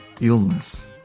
illness